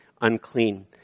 unclean